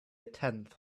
tenth